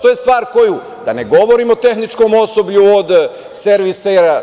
To je stvar koju, da ne govorim o tehničkom osoblju, od